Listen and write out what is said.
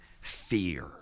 fear